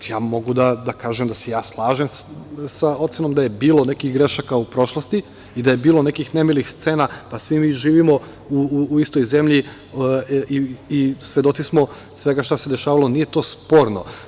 Ja mogu da kažem da se slažem sa ocenom da je bilo nekih grešaka u prošlosti i da je bilo nekih nemilih scena, svi mi živimo u istoj zemlji i svedoci smo svega šta se dešavalo, nije to sporno.